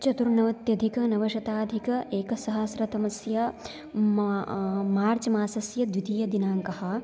चतुर्नवत्यधिकनवशताधिक एक सहस्रतमस्य मार्च् मासस्य द्वितीयदिनाङ्कः